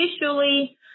Officially